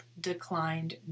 declined